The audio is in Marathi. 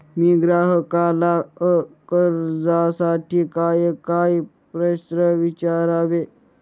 मी ग्राहकाला कर्जासाठी कायकाय प्रश्न विचारावे?